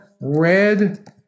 red